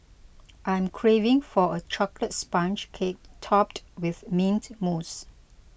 I am craving for a Chocolate Sponge Cake Topped with Mint Mousse